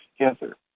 together